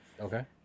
Okay